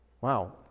Wow